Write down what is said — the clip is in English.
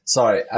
Sorry